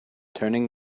turning